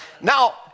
Now